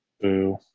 Boo